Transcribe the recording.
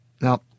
Now